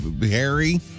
Harry